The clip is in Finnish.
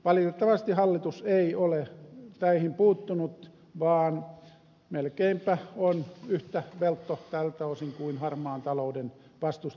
valitettavasti hallitus ei ole näihin puuttunut vaan melkeinpä on yhtä veltto tältä osin kuin on harmaan talouden vastustamisessa